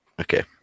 Okay